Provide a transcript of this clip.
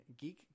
Geek